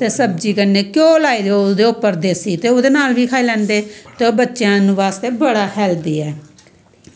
ते सब्जी कन्नै ध्यो लाई देओ ओह्दे उप्पर देस्सी ते ओह्दे नाल बी खाई लैंदे ते ओ बच्चेआं दे आस्तै बड़ा हैल्थी ऐ